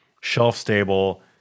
shelf-stable